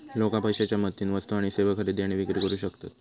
लोका पैशाच्या मदतीन वस्तू आणि सेवा खरेदी आणि विक्री करू शकतत